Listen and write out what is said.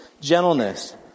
gentleness